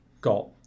got